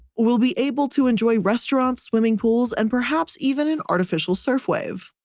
will be able to enjoy restaurants, swimming pools, and perhaps even an artificial surf wave.